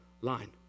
line